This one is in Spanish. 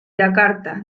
yakarta